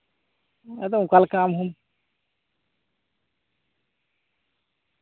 ᱟᱫᱚ ᱚᱱᱟᱞᱮᱠᱟ ᱟᱢ ᱦᱚᱸᱢ